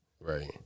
Right